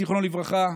זיכרונו לברכה,